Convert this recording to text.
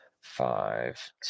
five